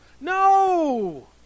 No